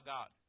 God